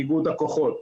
איגוד הכוחות.